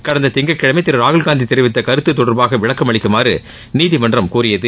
கடந்த திங்கட்கிழமை திரு ராகுல் காந்தி தெரிவித்த கருத்து தொடர்பாக விளக்கும் அளிக்குமாறு நீதிமன்றம் கோரியது